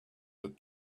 that